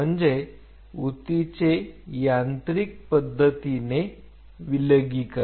म्हणजे ऊतीचे यांत्रिक पद्धतीने विलगीकरण